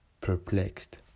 Perplexed